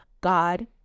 God